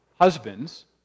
Husbands